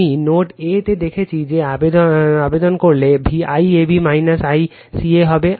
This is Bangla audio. আমি নোড A তে দেখিয়েছি যে আবেদন করলে IAB ICA হবে